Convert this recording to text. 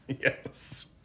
yes